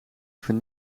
even